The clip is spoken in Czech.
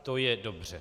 To je dobře.